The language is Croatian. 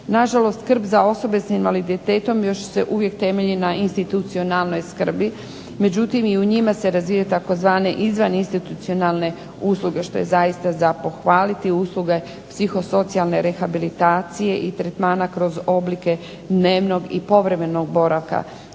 Na žalost skrb za osobe sa invaliditetom još se uvijek temelji na institucionalnoj skrbi. Međutim, i u njima se razvijaju tzv. izvan institucionalne usluge što je zaista za pohvaliti, usluge psiho socijalne rehabilitacije i tretmana kroz oblike dnevnog i povremenog boravka.